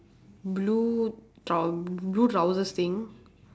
blue trou~ blue trousers thing